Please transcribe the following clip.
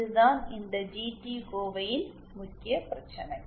இதுதான் இந்த ஜிடி எக்ஸ்பிரேஷனின் முக்கிய பிரச்சினை